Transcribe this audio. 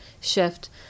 shift